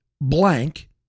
blank